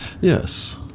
Yes